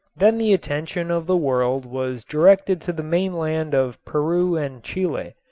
then the attention of the world was directed to the mainland of peru and chile,